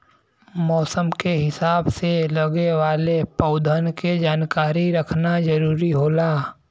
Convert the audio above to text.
मौसम के हिसाब से लगे वाले पउधन के जानकारी रखना जरुरी होला